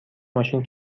ماشین